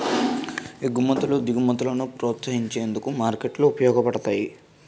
ఎగుమతులు దిగుమతులను ప్రోత్సహించేందుకు మార్కెట్లు ఉపయోగపడతాయి